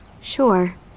Sure